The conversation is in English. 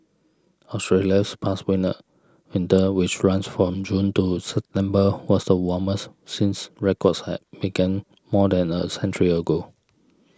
Australia's past winner winter which runs from June to September was the warmest since records had began more than a century ago